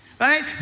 right